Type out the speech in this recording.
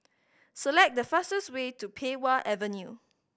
select the fastest way to Pei Wah Avenue